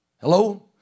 Hello